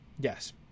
yes